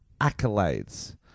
accolades